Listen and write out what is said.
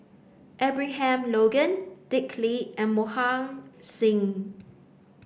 Abraham Logan Dick Lee and Mohan Singh